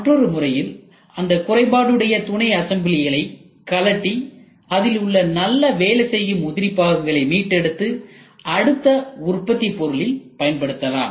மற்றொரு முறையில் அந்த குறைபாடுடைய துணை அசம்பிளிகளை கழற்றி அதில் உள்ள நல்ல வேலை செய்யும் உதிரி பாகங்களை மீட்டெடுத்து அடுத்த உற்பத்தி பொருளில் பயன்படுத்தலாம்